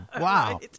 wow